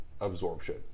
absorption